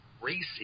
racing